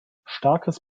starkes